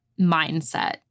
mindset